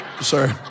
sorry